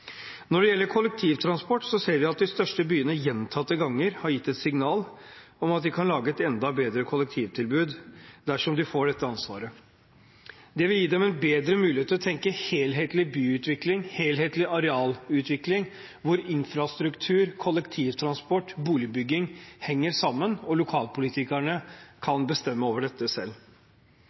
Når det gjelder kollektivtransport, ser vi at de største byene gjentatte ganger har gitt et signal om at de kan lage et enda bedre kollektivtilbud dersom de får dette ansvaret. Det vil gi dem en bedre mulighet til å tenke helhetlig byutvikling, helhetlig arealutvikling hvor infrastruktur, kollektivtransport og boligbygging henger sammen og lokalpolitikerne kan bestemme over dette selv.